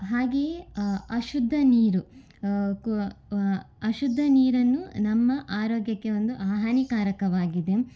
ಹಾಗೆಯೇ ಅಶುದ್ಧ ನೀರು ಅಶುದ್ಧ ನೀರನ್ನು ನಮ್ಮ ಆರೋಗ್ಯಕ್ಕೆ ಒಂದು ಹಾನಿಕಾರವಾಗಿದೆ